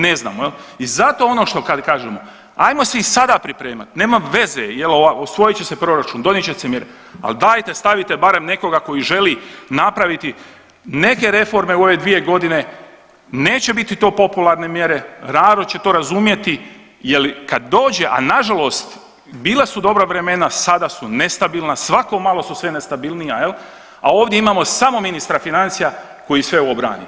Ne znamo jel i zato ono što kad kažemo ajmo si sada pripremati, nema veza jel usvojit će se proračun, donijet će mjere, ali dajte stavite barem nekoga koji želi napraviti neke reforme u ove dvije godine, neće biti to popularne mjere, narod će to razumjeti jel i kad dođe, a nažalost bila su dobra vremena, sada su nestabilna, svako malo su sve nestabilnija jel, a ovdje imamo samo ministra financija koji sve ovo brani.